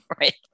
right